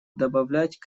добавлять